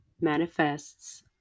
manifests